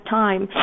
time